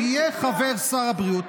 "יהיה חבר שר הבריאות".